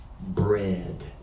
Bread